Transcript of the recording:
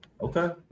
Okay